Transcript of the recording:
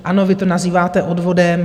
Ano, vy to nazýváte odvodem.